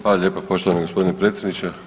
Hvala lijepa poštovani gospodine predsjedniče.